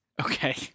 Okay